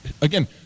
again –